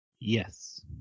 Yes